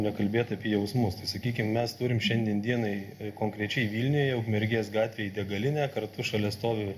nekalbėt apie jausmus tai sakykim mes turim šiandien dienai konkrečiai vilniuj ukmergės gatvėj degalinę kartu šalia stovi